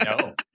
No